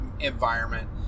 environment